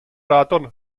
raton